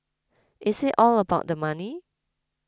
is it all about the money